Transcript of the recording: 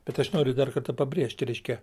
bet aš noriu dar kartą pabrėžti reiškia